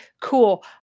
cool